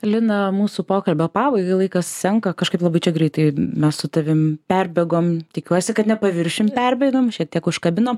lina mūsų pokalbio pabaigai laikas senka kažkaip labai čia greitai mes su tavim perbėgom tikiuosi kad ne paviršium perbėgom šiek tiek užkabinom